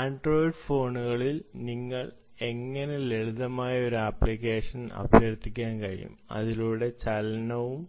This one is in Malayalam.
ആൻഡ്രോയിഡ് ഫോണുകളിൽ നിങ്ങൾക്ക് എങ്ങനെ ലളിതമായ ഒരു ആപ്ലിക്കേഷൻ ഉപയോഗിക്കാൻ കഴിയും അതിലൂടെ ചലനവും